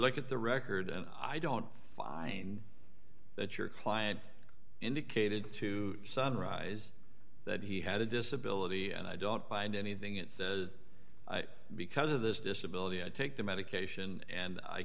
look at the record and i don't find that your client indicated to summarize that he had a disability and i don't find anything it says because of this disability i take the medication and i